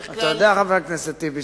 חבר הכנסת טיבי,